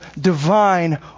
divine